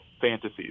fantasies